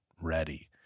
ready